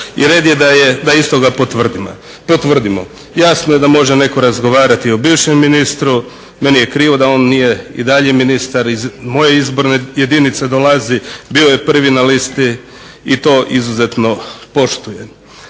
i red je da istoga potvrdimo. Jasno je da može netko razgovarati o bivšem ministru, meni je krivo da on nije i dalje ministar, iz moje izborne jedinice dolazi, bio je prvi na listi i to izuzetno poštujem.